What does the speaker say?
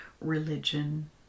religion